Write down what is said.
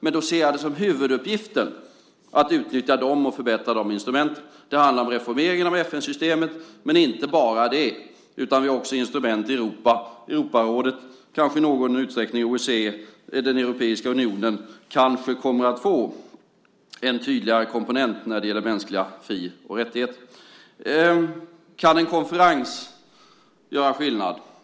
Då ser jag som huvuduppgift att utnyttja dem och förbättra de instrumenten. Det handlar om reformering av FN-systemet, men inte bara det, utan vi har också instrument i Europa. Europarådet och i någon utsträckning också OECD och den europeiska unionen kanske kommer att få en tydligare komponent när det gäller mänskliga fri och rättigheter. Kan en konferens göra skillnad?